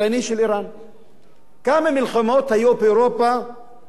כמה מלחמות היו באירופה בעידן החדש?